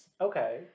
Okay